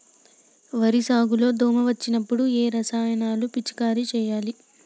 వరి సాగు లో దోమ వచ్చినప్పుడు ఏ రసాయనాలు పిచికారీ చేయాలి?